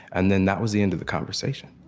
and then that was the end of the conversation.